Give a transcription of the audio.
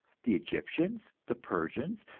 the egyptians, the persians,